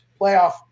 Playoff